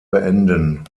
beenden